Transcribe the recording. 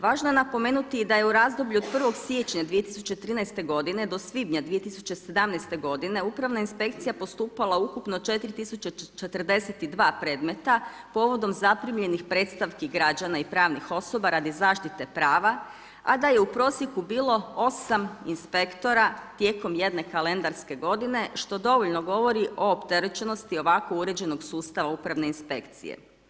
Važno je napomenuti i da je u razdoblju od 1. siječnja 2013. godine do svibnja 2017. godine Upravna inspekcija postupala ukupno 4042 predmeta povodom zaprimljenih predstavki građana i pravnih osoba radi zaštite prava, a da je u prosjeku bilo 8 inspektora tijekom jedne kalendarske godine što dovoljno govori o opterećenosti ovako uređenog sustava Upravne inspekcije.